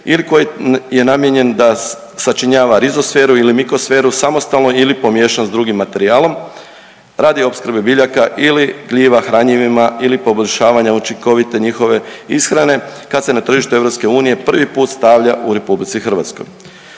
ili koji je namijenjen da sačinjava rizosferu ili mikosferu samostalno ili pomiješan s drugim materijalom radi opskrbe biljaka ili gljiva hranjivima ili poboljšanja učinkovite njihove ishrane kad se na tržište EU prvi put stavlja u RH.